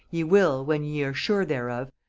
ye will, when ye are sure thereof,